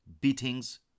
Beatings